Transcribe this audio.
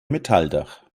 metalldach